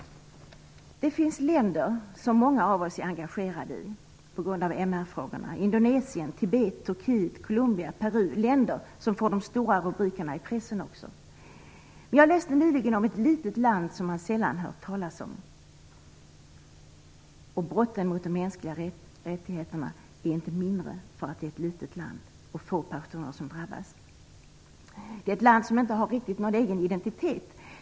Det finns länder som många av oss är engagerade i på grund av MR-frågorna: Indonesien, Tibet, Turkiet, Colombia, Peru. Det är länder som får de stora rubrikerna i pressen. Men jag läste nyligen om ett litet land som man sällan hör talas om. Brotten mot de mänskliga rättigheterna är inte mindre för att det rör sig om ett litet land och om få parter som drabbas. Det är ett land som inte har någon egen riktig identitet.